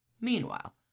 Meanwhile